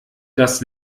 das